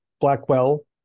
Blackwell